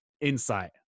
insight